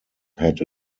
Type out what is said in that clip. had